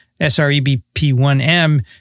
SREBP1-M